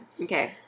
Okay